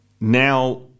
Now